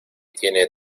tiene